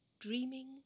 dreaming